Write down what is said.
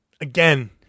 again